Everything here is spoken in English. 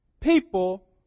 people